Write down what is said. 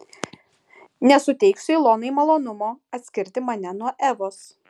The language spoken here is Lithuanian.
nesuteiksiu ilonai malonumo atskirti mane nuo evos